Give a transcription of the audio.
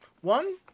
One